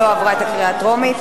לא עברה בקריאה הטרומית.